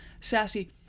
sassy